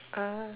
ah